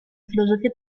filosofia